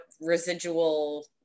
residual